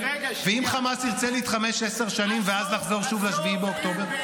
ואם חמאס ירצה להתחמש עשר שנים ואז לחזור שוב ל-7 באוקטובר,